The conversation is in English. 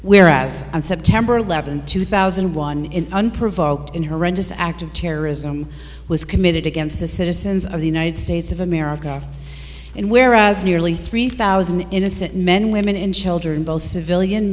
whereas on september eleventh two thousand and one in unprovoked in her endless act of terrorism was committed against the citizens of the united states of america and whereas nearly three thousand innocent men women and children both civilian